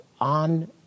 on